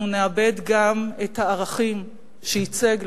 אנחנו נאבד גם את הערכים שייצג,